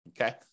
Okay